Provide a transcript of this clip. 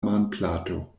manplato